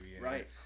right